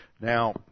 Now